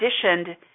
conditioned